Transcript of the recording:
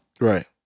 Right